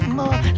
more